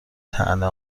طعنه